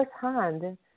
firsthand